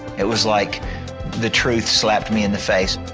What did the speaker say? it was like the truth slapped me in the face.